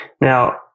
Now